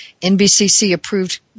NBCC-approved